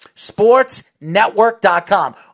sportsnetwork.com